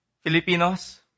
Filipinos